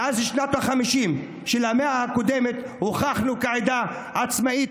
מאז שנות החמישים של המאה הקודמת הוכחנו כעדה עצמאית,